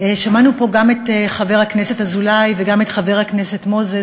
שמענו פה גם את חבר הכנסת אזולאי וגם את חבר הכנסת מוזס